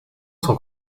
sont